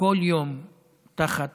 כל יום תחת